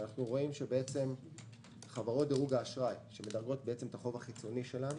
אנחנו רואים שחברות דירוג האשראי שמדרגות את החוב החיצוני שלנו